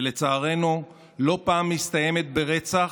ולצערנו לא פעם היא מסתיימת ברצח,